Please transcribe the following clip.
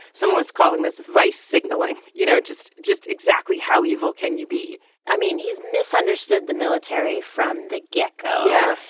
someone was calling this vice signaling. you know, it just just exactly how evil can you be i mean, he's misunderstood the military from the get-go. yeah.